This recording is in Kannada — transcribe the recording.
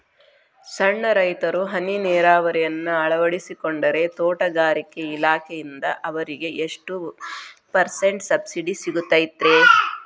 ಸಣ್ಣ ರೈತರು ಹನಿ ನೇರಾವರಿಯನ್ನ ಅಳವಡಿಸಿಕೊಂಡರೆ ತೋಟಗಾರಿಕೆ ಇಲಾಖೆಯಿಂದ ಅವರಿಗೆ ಎಷ್ಟು ಪರ್ಸೆಂಟ್ ಸಬ್ಸಿಡಿ ಸಿಗುತ್ತೈತರೇ?